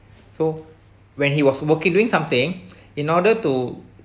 so when he was working doing something in order to